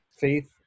faith